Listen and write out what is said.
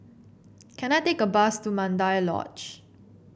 can I take a bus to Mandai Lodge